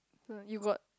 uh you got